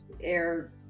air